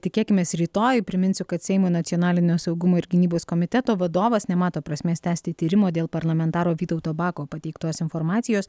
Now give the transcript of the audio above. tikėkimės rytoj priminsiu kad seimo nacionalinio saugumo ir gynybos komiteto vadovas nemato prasmės tęsti tyrimo dėl parlamentaro vytauto bako pateiktos informacijos